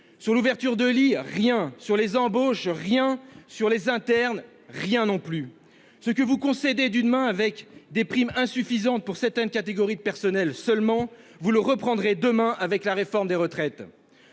Sur l'ouverture de lits, rien ! Sur les embauches, rien ! Sur les internes, rien non plus ! Ce que vous concédez d'une main avec des primes insuffisantes, pour certaines catégories de personnel seulement, vous le reprendrez demain avec la réforme des retraites.